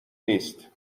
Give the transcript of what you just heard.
نیست